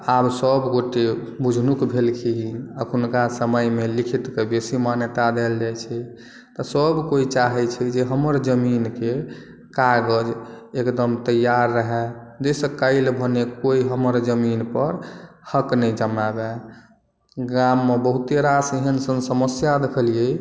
तऽ आब सब गोटे बुझुनुक भेलखिन अखुनका समय मे लिखित के बेसी मान्यता देल जाइ छै आ सब कोइ चाहै छै जे हमर जमीन के कागज एकदम तैयार रहय जाहिसॅं काल्हि खने कोइ हमर जमीन पर हक नहि जमाबे ग्राम मे बहुते रास एहन सन समस्या देखलिए